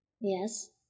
Yes